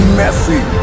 messy